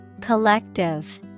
Collective